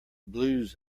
blues